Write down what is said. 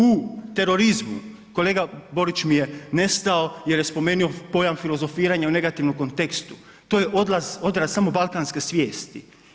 U terorizmu, kolega Borić mi je nestao jer je spomenio pojam filozofiranja u negativnom kontekstu, to je odraz samo balkanske svijesti.